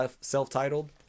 self-titled